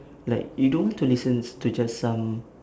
like you don't want to listens to just some